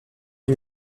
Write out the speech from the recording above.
lui